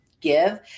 give